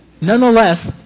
Nonetheless